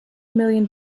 million